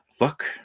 Look